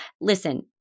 listen